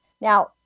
Now